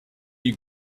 you